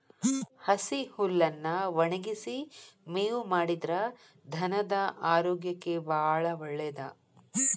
ಹಸಿ ಹುಲ್ಲನ್ನಾ ಒಣಗಿಸಿ ಮೇವು ಮಾಡಿದ್ರ ಧನದ ಆರೋಗ್ಯಕ್ಕೆ ಬಾಳ ಒಳ್ಳೇದ